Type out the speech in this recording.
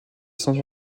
sans